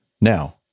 Now